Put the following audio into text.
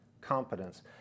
competence